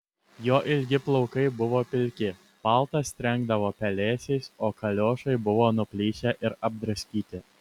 jo ilgi plaukai buvo pilki paltas trenkdavo pelėsiais o kaliošai buvo nuplyšę ir apdraskyti